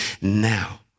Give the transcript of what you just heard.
now